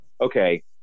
okay